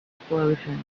explosion